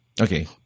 Okay